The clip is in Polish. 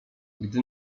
gdy